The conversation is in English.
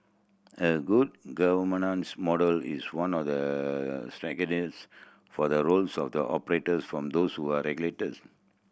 a good model is one for the roles of the operators from those who are regulators